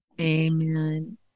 Amen